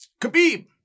Khabib